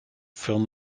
film